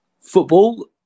Football